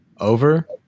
over